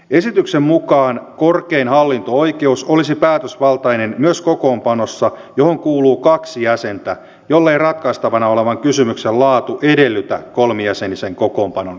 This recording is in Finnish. esityksen mukaan korkein hallinto oikeus olisi päätösvaltainen myös kokoonpanossa johon kuuluu kaksi jäsentä jollei ratkaistavana olevan kysymyksen laatu edellytä kolmijäsenisen kokoonpanon käyttämistä